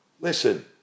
Listen